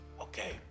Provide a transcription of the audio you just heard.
Okay